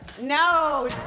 No